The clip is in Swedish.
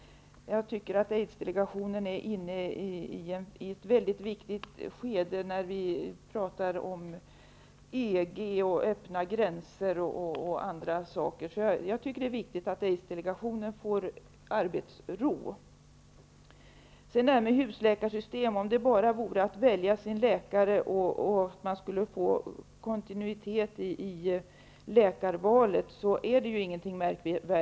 Aidsdelegationen är inne i ett mycket viktigt skede, när vi pratar om EG, öppna gränser osv. Det är viktigt att Aids-delegationen får arbetsro. Det är ingenting märkvärdigt med husläkarsystemet, om det bara vore att välja sin läkare och få kontinuitet i läkarvalet.